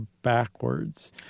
backwards